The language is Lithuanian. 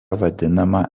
vadinama